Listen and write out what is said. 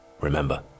Remember